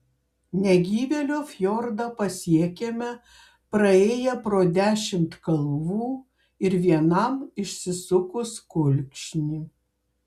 negyvėlio fjordą pasiekėme praėję pro dešimt kalvų ir vienam išsisukus kulkšnį